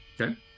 okay